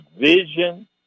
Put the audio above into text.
vision